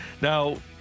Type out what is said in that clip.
Now